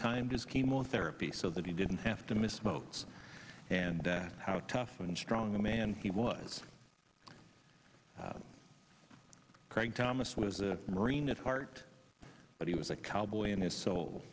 time just chemotherapy so that he didn't have to miss votes and how tough and strong a man he was craig thomas was a marine at heart but he was a cowboy in his so